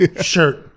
shirt